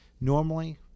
normally